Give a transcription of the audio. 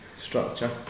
structure